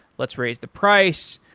let's raise the price,